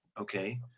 okay